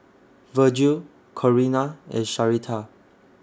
Virgil Corina and Sharita